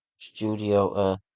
studio